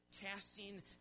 Casting